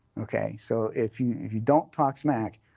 ok? so if you if you don't talk smack,